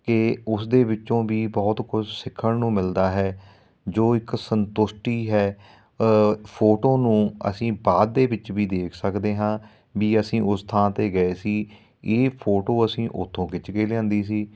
ਕਿ ਉਸਦੇ ਵਿੱਚੋਂ ਵੀ ਬਹੁਤ ਕੁਛ ਸਿੱਖਣ ਨੂੰ ਮਿਲਦਾ ਹੈ ਜੋ ਇੱਕ ਸੰਤੁਸ਼ਟੀ ਹੈ ਫੋਟੋ ਨੂੰ ਅਸੀਂ ਬਾਅਦ ਦੇ ਵਿੱਚ ਵੀ ਦੇਖ ਸਕਦੇ ਹਾਂ ਵੀ ਅਸੀਂ ਉਸ ਥਾਂ 'ਤੇ ਗਏ ਸੀ ਇਹ ਫੋਟੋ ਅਸੀਂ ਉੱਥੋਂ ਖਿੱਚ ਕੇ ਲਿਆਂਦੀ ਸੀ